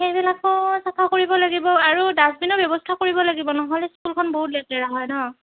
সেইবিলাকো চাফা কৰিব লাগিব আৰু ডাষ্টবিনৰ ব্যৱস্থা কৰিব লাগিব নহ'লে স্কুলখন বহুত লেতেৰা হয় ন